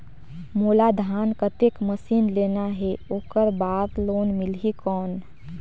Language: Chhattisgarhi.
मोला धान कतेक मशीन लेना हे ओकर बार लोन मिलही कौन?